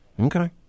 Okay